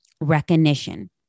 recognition